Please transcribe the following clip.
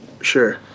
Sure